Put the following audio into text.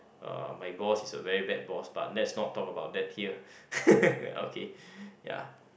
uh my boss is a very bad boss but let's not talk about that here okay ya